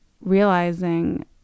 realizing